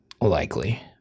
likely